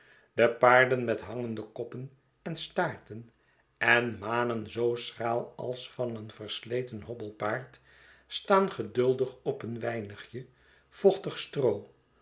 de paarden met hangende koppen en staarten en manen zoo schraal als van een versleten hobbelpaard staan geduldig op een weinigje vochtig stroo